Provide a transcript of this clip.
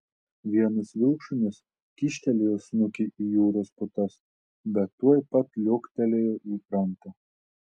vienas vilkšunis kyštelėjo snukį į jūros putas bet tuoj pat liuoktelėjo į krantą